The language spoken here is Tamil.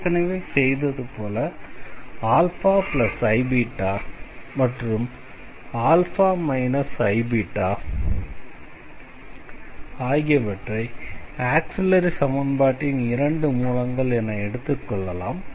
ஏற்கனவே செய்தது போல αiβ மற்றும்α iβ ஆகியவற்றை ஆக்ஸிலரி சமன்பாட்டின் இரண்டு மூலங்கள் என எடுத்துக்கொள்ளலாம்